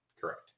Correct